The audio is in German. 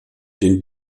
den